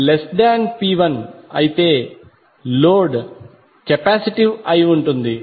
P2 P1 అయితే load capacitive అయి ఉంటుంది